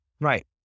right